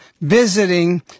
visiting